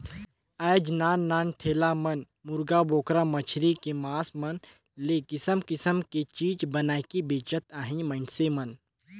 आयज नान नान ठेला मन मुरगा, बोकरा, मछरी के मास मन ले किसम किसम के चीज बनायके बेंचत हे मइनसे मन